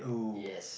oh